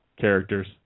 characters